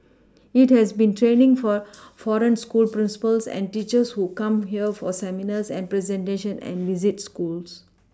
it has been training for foreign school principals and teachers who come here for seminars and presentation and visit schools